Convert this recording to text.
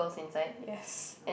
yes